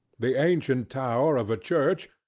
the ancient tower of a church,